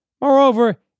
Moreover